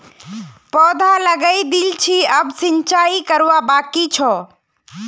पौधा लगइ दिल छि अब सिंचाई करवा बाकी छ